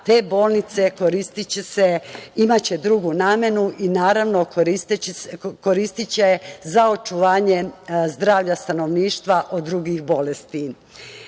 se, imaće drugu namenu i naravno koristiće za očuvanje zdravlja stanovništva od drugih bolesti. Naravno,